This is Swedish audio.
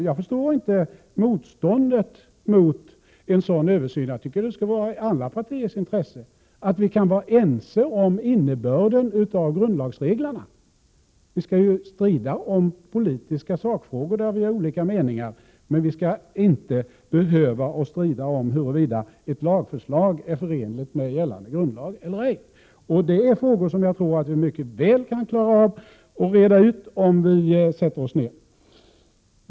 Jag förstår inte motståndet mot en översyn som skulle syfta till detta. Jag tycker att det skulle ligga i alla partiers intresse att vi kan vara ense om innebörden av grundlagsreglerna. Vi ska ju strida om politiska sakfrågor, där vi har olika uppfattningar. Vi skall emellertid inte behöva strida om huruvida ett lagförslag är förenligt med gällande grundlag eller ej. Vi kan mycket väl klara av att reda ut dessa frågor om vi sätter oss ned.